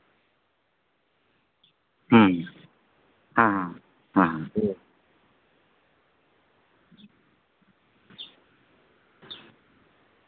ᱦᱩᱸ ᱦᱟᱸ ᱦᱟᱸ ᱦᱩᱸ